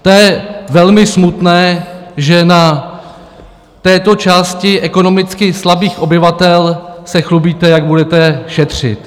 To je velmi smutné, že na této části ekonomicky slabých obyvatel se chlubíte, jak budete šetřit.